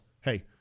Hey